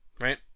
right